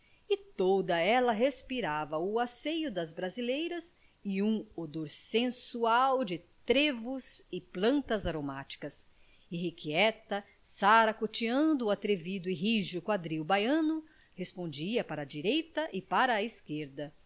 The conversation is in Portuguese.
toda ela respirava o asseio das brasileiras e um odor sensual de trevos e plantas aromáticas irrequieta saracoteando o atrevido e rijo quadril baiano respondia para a direita e para a esquerda